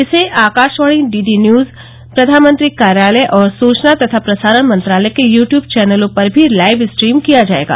इसे Akashvani DD news प्रधानमंत्री कार्यालय और सूचना तथा प्रसारण मंत्रालय के यूटूब चैनलों पर भी लाइव स्ट्रीम किया जायेगा